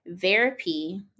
therapy